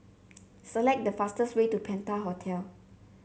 select the fastest way to Penta Hotel